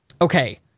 Okay